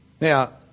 Now